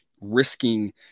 risking